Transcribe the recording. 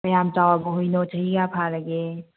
ꯀꯌꯥꯝ ꯆꯥꯎꯔꯕ ꯍꯨꯏꯅꯣ ꯆꯍꯤ ꯀꯌꯥ ꯐꯥꯔꯒꯦ